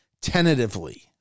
tentatively